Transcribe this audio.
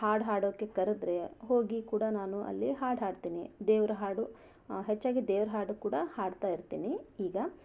ಹಾಡು ಹಾಡೋಕ್ಕೆ ಕರೆದರೆ ಹೋಗಿ ಕೂಡ ನಾನು ಅಲ್ಲಿ ಹಾಡು ಹಾಡ್ತೀನಿ ದೇವರ ಹಾಡು ಹೆಚ್ಚಾಗಿ ದೇವರ ಹಾಡು ಕೂಡ ಹಾಡ್ತಾ ಇರ್ತೀನಿ ಈಗ